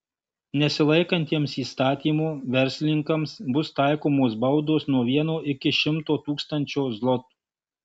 nesilaikantiems įstatymo verslininkams bus taikomos baudos nuo vieno iki šimto tūkstančio zlotų